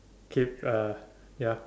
keep uh ya